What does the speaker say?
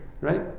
right